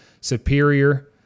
superior